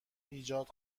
ایجاد